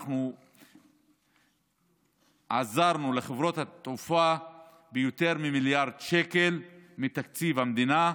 אנחנו עזרנו לחברות התעופה ביותר ממיליארד שקל מתקציב המדינה.